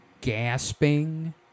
gasping